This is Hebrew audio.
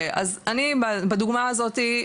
אז אני בדוגמה הזאת,